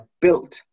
built